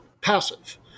passive